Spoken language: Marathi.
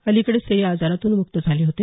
अलिकडेच ते या आजारातून मुक्त झाले होते